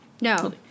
No